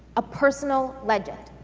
a personal legend.